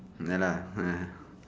ya lah uh